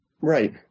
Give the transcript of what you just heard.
Right